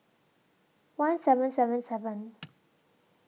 one seven seven seven